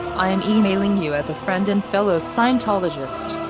i am emailing you as a friend and fellow scientologist.